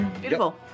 Beautiful